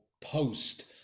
post